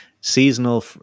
seasonal